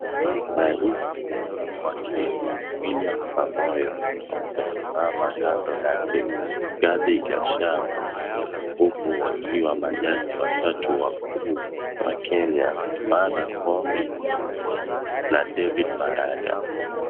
Rais wa Kenya William Samoei Ruto, amesimama kando yake Rigathi Gachagua, huku wakiwa na judge watatu wakuu wa Kenya, Martha Koome na David Maraga.